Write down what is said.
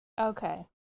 Okay